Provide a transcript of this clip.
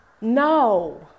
no